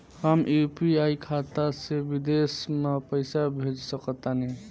हम यू.पी.आई खाता से विदेश म पइसा भेज सक तानि?